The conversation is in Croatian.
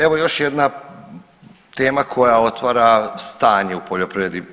Evo još jedna tema koja otvara stanje u poljoprivredi.